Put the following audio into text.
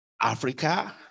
Africa